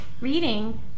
reading